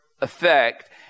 effect